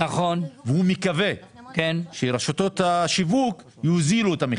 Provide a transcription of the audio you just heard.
והוא מקווה שרשתות השיווק יוזילו את המחירים.